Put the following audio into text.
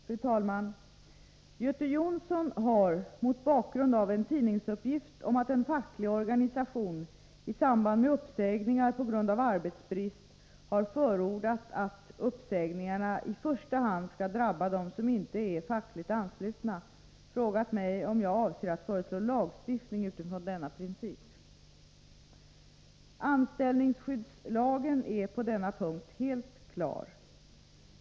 Fru talman! Göte Jonsson har, mot bakgrund av en tidningsuppgift om att en facklig organisation i samband med uppsägningar på grund av arbetsbrist har förordat att uppsägningarna i första hand skall drabba dem som inte är fackligt anslutna, frågat mig om jag avser att föreslå lagstiftning utifrån denna princip. Anställningsskyddslagen är på denna punkt helt klar.